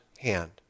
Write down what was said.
hand